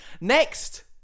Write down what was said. Next